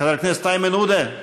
חבר הכנסת איימן עודה,